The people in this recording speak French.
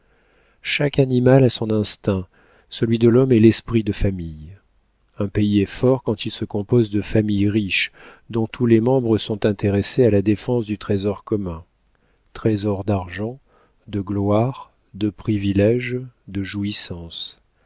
chaque animal a son instinct celui de l'homme est l'esprit de famille un pays est fort quand il se compose de familles riches dont tous les membres sont intéressés à la défense du trésor commun trésor d'argent de gloire de priviléges de jouissances